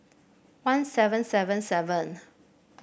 one seven seven seven